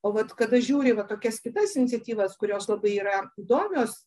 o vat kada žiūri va tokias kitas iniciatyvas kurios labai yra įdomios